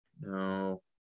No